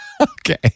Okay